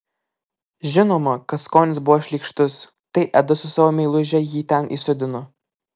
žinoma kad skonis buvo šleikštus tai edas su savo meiluže jį ten įsodino